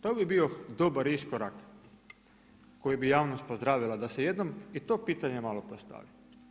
To bi bio dobar iskorak koji bi javnost pozdravila da se jednom i to pitanje malo postavi.